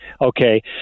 Okay